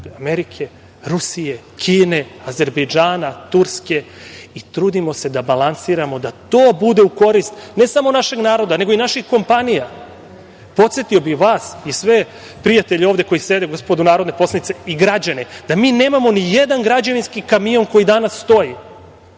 Amerike, Rusije, Kine, Azejberdžana, Turske. Trudimo se da balansiramo, da to bude u korist, ne samo našeg naroda, nego i naših kompanija. Podsetio bih vas i sve prijatelje koji ovde sede, gospodu narodne poslanike i građane, da mi nemamo nijedan građevinski kamion koji danas stoji.